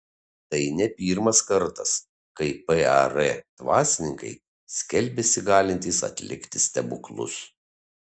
tai ne pirmas kartas kai par dvasininkai skelbiasi galintys atlikti stebuklus